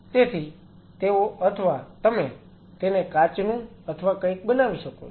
તેથી તેઓ અથવા તમે તેને કાચનું અથવા કંઈક બનાવી શકો છો